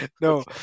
No